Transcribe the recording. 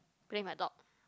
playing with my dog